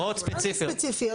למה ספציפיות?